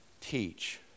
teach